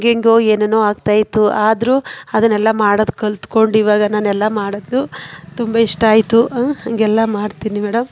ಹೇಗೇಗೋ ಏನೇನೋ ಆಗ್ತಾಯಿತ್ತು ಆದರೂ ಅದನ್ನೆಲ್ಲ ಮಾಡೋದು ಕಲಿತ್ಕೊಂಡು ಈವಾಗ ನಾನೆಲ್ಲ ಮಾಡೋದು ತುಂಬ ಇಷ್ಟ ಆಯಿತು ಹಾಗೆಲ್ಲ ಮಾಡ್ತೀನಿ ಮೇಡಮ್